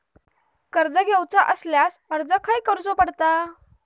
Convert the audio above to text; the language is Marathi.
कर्ज घेऊचा असल्यास अर्ज खाय करूचो पडता?